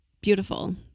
beautiful